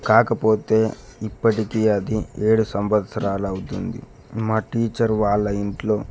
కాకపోతే ఇప్పటికీ అది ఏడు సంవత్సరాలు అవుతుంది మా టీచర్ వాళ్ళ ఇంట్లో